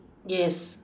yes